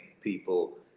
people